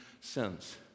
sins